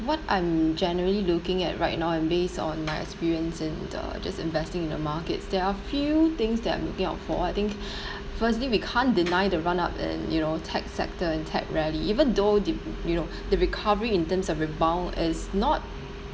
what I'm generally looking at right now and based on my experience in the just investing in the markets there are few things that I'm looking out for I think firstly we can't deny the run up in you know tech sector and tech rally even though the you know the recovery in terms of rebound is not